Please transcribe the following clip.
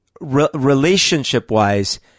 relationship-wise –